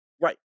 Right